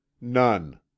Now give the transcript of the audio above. None